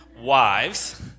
Wives